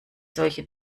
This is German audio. solche